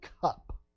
cup